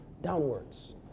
Downwards